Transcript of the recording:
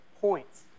points